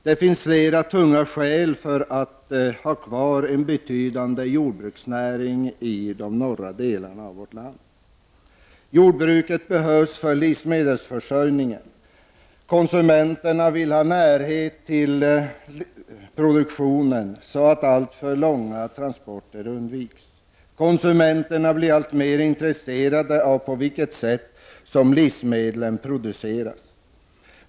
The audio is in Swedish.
Det finns flera tunga skäl för att ha kvar en betydande jordbruksnäring i de norra delarna av vårt land. Jordbruket behövs för livsmedelsförsörjningen. Konsumenterna vill ha närhet till produktionen, så att alltför långa transporter undviks. Konsumenterna blir alltmer intresserade av det sätt på vilket livsmedlen produceras.